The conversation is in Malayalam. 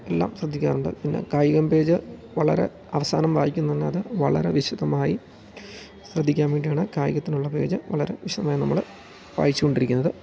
എല്ലാം ശ്രദ്ധിക്കാറുണ്ട് പിന്നെ കായികം പേജ് വളരെ അവസാനം വായിക്കുന്നത് എന്തെന്നാൽ വളരെ വിശദമായി ശ്രദ്ധിക്കാൻ വേണ്ടിയാണ് കായികത്തിനുള്ള പേജ് വളരെ വിശദമായി നമ്മള് വായിച്ചു കൊണ്ടിരിക്കുന്നത്